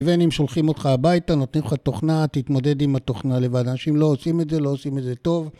בין אם שולחים אותך הביתה, נותנים לך תוכנה, תתמודד עם התוכנה לבד. האנשים לא עושים את זה, לא עושים את זה טוב.